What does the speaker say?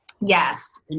Yes